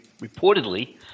reportedly